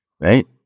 right